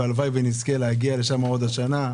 הלוואי ואזכה להגיע לשם עוד השנה.